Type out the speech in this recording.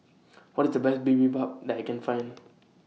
What IS The Best Bibimbap that I Can Find